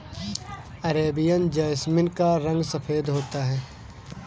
Arabian jasmine का रंग सफेद होता है